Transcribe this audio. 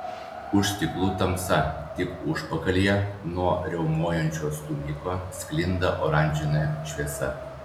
už stiklų tamsa tik užpakalyje nuo riaumojančio stūmiko sklinda oranžinė šviesa